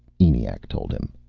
eniac told him.